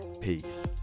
peace